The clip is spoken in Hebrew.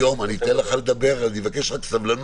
היום אני אתן לך לדבר, אני מבקש רק סבלנות.